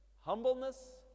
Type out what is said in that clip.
Humbleness